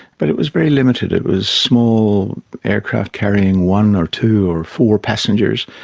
but it was very limited. it was small aircraft carrying one or two or four passengers,